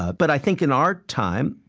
but i think in our time,